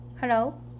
Hello